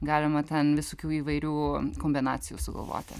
galima ten visokių įvairių kombinacijų sugalvoti